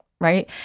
right